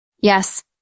yes